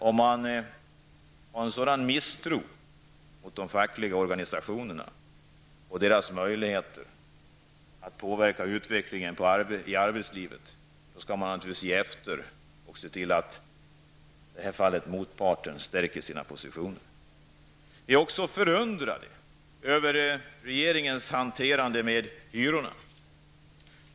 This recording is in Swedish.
Om man misstror de fackliga organisationerna och deras möjligheter att påverka utvecklingen i arbetslivet, då skall man naturligtvis ge efter och se till att motparten stärker sina positioner. Vi är också förundrade över regeringens hantering med hyrorna.